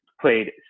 played